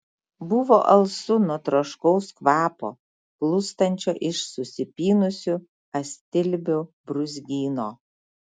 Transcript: buvo alsu nuo troškaus kvapo plūstančio iš susipynusių astilbių brūzgyno